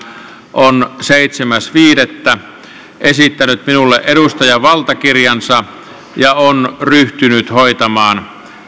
on seitsemäs viidettä kaksituhattaviisitoista esittänyt minulle edustajanvaltakirjansa ja on ryhtynyt hoitamaan